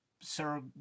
Sir